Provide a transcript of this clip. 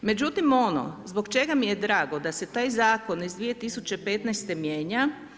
Međutim, ono zbog čega mi je drago da se taj zakon iz 2015. mijenja.